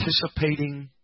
participating